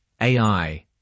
AI